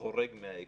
חורג מהעקרונות.